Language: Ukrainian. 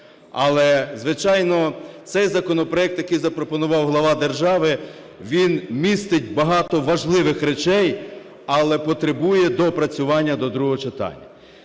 Але, звичайно, цей законопроект, який запропонував глава держави, він містить багато важливих речей, але потребує доопрацювання до другого читання.